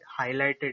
highlighted